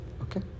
Okay